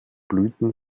blüten